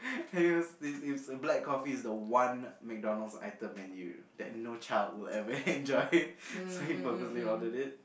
and he was it's a it's black coffee the one MacDonalds item menu that no child would ever enjoy so he purposely ordered it